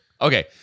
Okay